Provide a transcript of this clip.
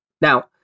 Now